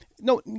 No